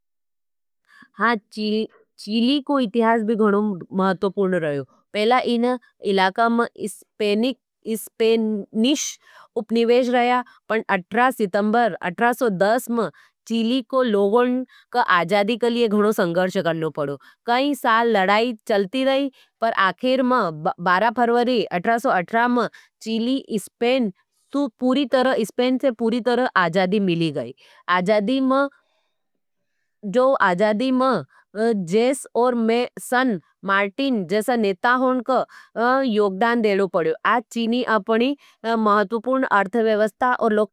हाँ, चीली को इतिहास भी गणों महत्वपूर्ण रहो। पहला इन इलाका में स्पैनिश उपनिवेश रहा। पण अट्ठारह सितंबर अट्ठारह सो दस मं चीली को लोगों का आजादी के लिए गणों संघर्ष करने पड़ो। कई साल लड़ाई चलती रही पर आखेर मं बारह फ़रवरी अट्ठारह सो अठरा मं चीली, स्पैन, स्पैन से पूरी तरह आजादी मिली गई। आजादी मं जो आजादी मं जेस और मैं सन मार्टिन जैसा नेता होनक योगदान देड़ो पड़े। आज चीणी अपनी महत्वपूर्ण, अर्थव्यवस्था और।